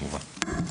כמובן.